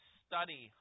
study